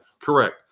Correct